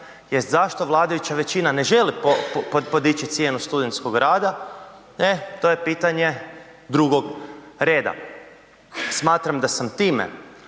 jest zašto vladajuća većina ne želi podići cijenu studentskog rada? E, to je pitanje drugog reda. Smatram da sam time